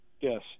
Yes